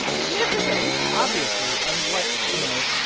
yeah significance obviously. and what you know,